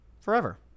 forever